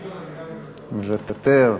גם אני מוותר.